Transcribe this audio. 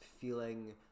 feeling